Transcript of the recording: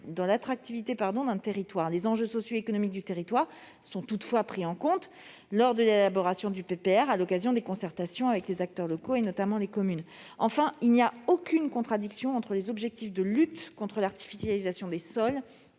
de l'attractivité d'un territoire. Les enjeux socio-économiques du territoire sont toutefois pris en compte lors de l'élaboration du PPR à l'occasion des concertations avec les acteurs locaux, notamment les communes. Enfin, il n'y a aucune contradiction entre les objectifs de lutte contre l'artificialisation des sols